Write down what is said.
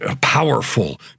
powerful